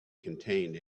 contained